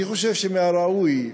אני חושב שמן הראוי,